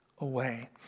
away